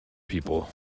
people